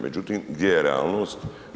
Međutim, gdje je realnost?